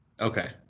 Okay